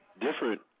different